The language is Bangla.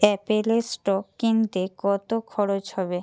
অ্যাপেলের স্টক কিনতে কত খরচ হবে